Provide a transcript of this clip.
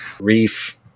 Reef